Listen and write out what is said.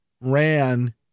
ran